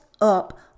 up